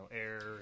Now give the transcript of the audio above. air